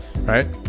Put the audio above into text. right